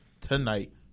tonight